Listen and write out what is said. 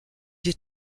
des